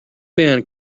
man